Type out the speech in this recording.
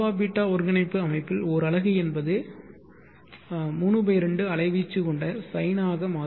αβ ஒருங்கிணைப்பு அமைப்பில் ஓர் அலகு என்பது 32 அலைவீச்சு கொண்ட சைனாக மாறும்